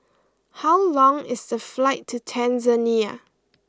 how long is the flight to Tanzania